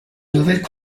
nouvelles